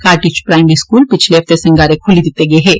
घाटी च primary school पिछले हफ्ते संगारें खोल्ली दिते गे हे